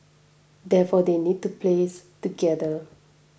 therefore they need a place to gather